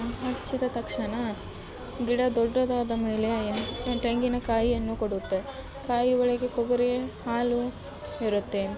ಹಚ್ಚಿದ ತಕ್ಷಣ ಗಿಡ ದೊಡ್ಡದಾದ ಮೇಲೆ ತೆಂಗಿನ ಕಾಯಿಯನ್ನು ಕೊಡುತ್ತೆ ಕಾಯಿ ಒಳಗೆ ಕೊಬ್ಬರಿ ಹಾಲು ಇರುತ್ತೆ